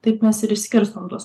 taip mes ir išskirstome tuos